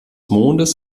mondes